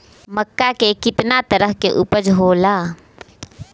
मक्का के कितना तरह के उपज हो ला?